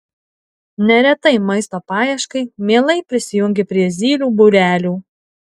neretai maisto paieškai mielai prisijungia prie zylių būrelių